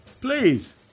Please